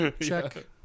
Check